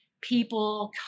people